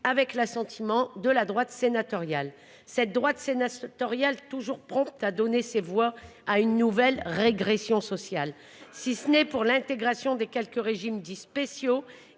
avec l'assentiment de la droite sénatoriale, cette droite CNS tutorial toujours prompt à donner ses voix à une nouvelle régression sociale si ce n'est pour l'intégration des quelques régimes dits spéciaux